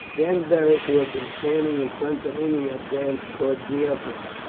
then beric, who had been standing in front of ennia, advanced towards the emperor.